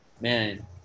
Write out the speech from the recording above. Man